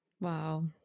Wow